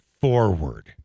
forward